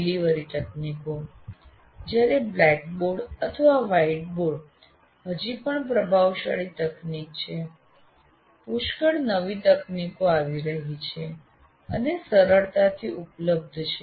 delivery તકનીકો જ્યારે blackboard અથવા વ્હાઇટબોર્ડ હજી પણ પ્રભાવશાળી તકનીક છે પુષ્કળ નવી તકનીકો આવી રહી છે અને સરળતાથી ઉપલબ્ધ છે